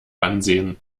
ansehen